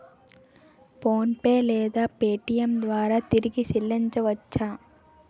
PhonePe లేదా Paytm ద్వారా తిరిగి చల్లించవచ్చ?